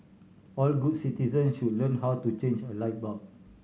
all good citizens should learn how to change a light bulb